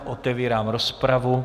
Otevírám rozpravu.